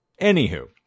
Anywho